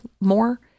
more